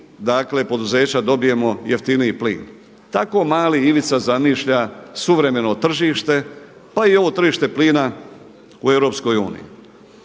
i poduzeća dobijemo jeftiniji plin. Tako mali Ivica zamišlja suvremeno tržište pa i ovo tržište plina u EU.